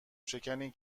شکنی